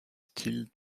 styles